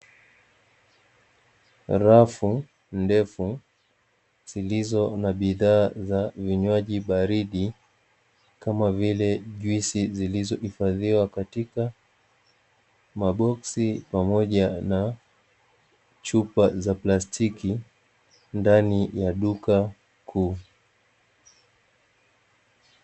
Rafu ndefu zilizo na bidhaa za vinywaji baridi kama vile juisi zilizohifadhiwa katika maboksi na chupa za plastiki ndani ya duka kuu.